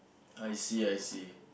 I see I see